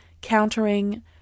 countering